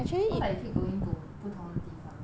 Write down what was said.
cause like keep going to 不同的地方 mah